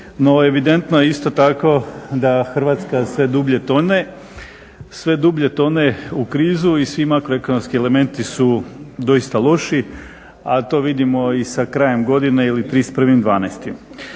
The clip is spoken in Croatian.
evidentno je isto tako da Hrvatska sve dublje tone, sve dublje tone u krizu i svi makroekonomski elementi su doista loši, a to vidimo i sa krajem godine ili 31.12.